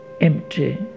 empty